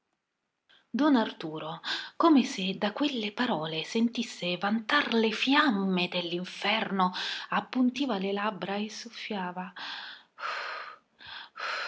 don arturo come se da quelle parole sentisse ventar le fiamme dell'inferno appuntiva le labbra e soffiava